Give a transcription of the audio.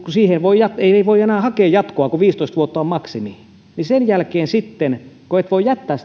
siihen ei voi hakea enää jatkoa kun viisitoista vuotta on maksimi sen jälkeen sitten kun et voi jättää